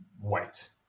white